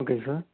okay sir